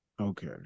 Okay